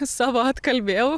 savo atkalbėjau